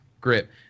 grip